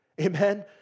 Amen